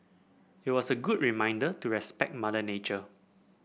it was a good reminder to respect Mother Nature